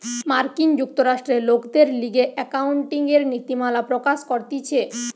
মার্কিন যুক্তরাষ্ট্রে লোকদের লিগে একাউন্টিংএর নীতিমালা প্রকাশ করতিছে